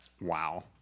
Wow